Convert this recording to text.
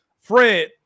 Fred